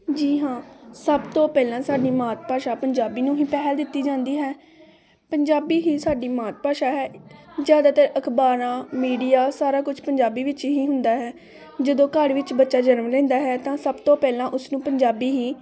ਜੀ ਹਾਂ ਸਭ ਤੋਂ ਪਹਿਲਾਂ ਸਾਡੀ ਮਾਤ ਭਾਸ਼ਾ ਪੰਜਾਬੀ ਨੂੰ ਹੀ ਪਹਿਲ ਦਿੱਤੀ ਜਾਂਦੀ ਹੈ ਪੰਜਾਬੀ ਹੀ ਸਾਡੀ ਮਾਤ ਭਾਸ਼ਾ ਹੈ ਜ਼ਿਆਦਾਤਰ ਅਖ਼ਬਾਰਾਂ ਮੀਡੀਆ ਸਾਰਾ ਕੁਝ ਪੰਜਾਬੀ ਵਿੱਚ ਹੀ ਹੁੰਦਾ ਹੈ ਜਦੋਂ ਘਰ ਵਿੱਚ ਬੱਚਾ ਜਨਮ ਲੈਂਦਾ ਹੈ ਤਾਂ ਸਭ ਤੋਂ ਪਹਿਲਾਂ ਉਸ ਨੂੰ ਪੰਜਾਬੀ ਹੀ